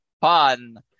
Fun